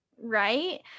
right